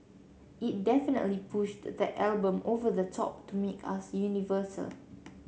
it definitely pushed that album over the top to make us universal